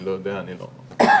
אני לא יודע וזה לא משנה.